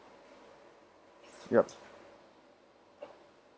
yup